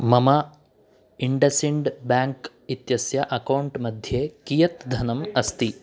मम IndusInd bank इत्यस्य account मध्ये कियत् धनम् अस्ति